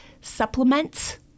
supplements